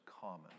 common